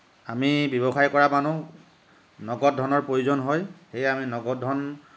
আমি ব্যৱসায় কৰা মানুহ নগদ ধনৰ প্ৰয়োজন হয় সেয়ে আমি নগদ ধন